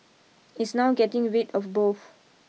it's now getting rid of both